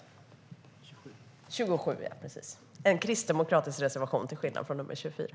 Nr 27 är en kristdemokratisk reservation, till skillnad från nr 24.